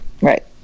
right